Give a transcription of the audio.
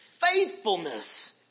faithfulness